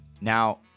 now